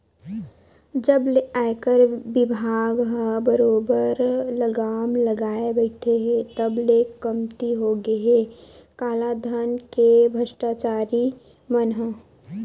जब ले आयकर बिभाग ह बरोबर लगाम लगाए बइठे हे तब ले कमती होगे हे कालाधन के भस्टाचारी मन ह